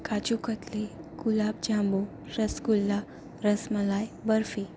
kaju katli gulab jamun rasgulla rasmalai barfi